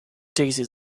daisy